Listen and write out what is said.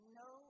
no